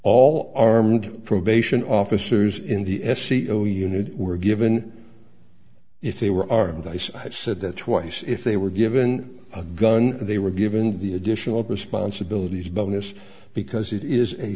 all armed probation officers in the se oh unit were given if they were armed i see i said that twice if they were given a gun they were given the additional response abilities bonus because it is a